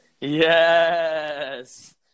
Yes